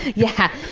yeah.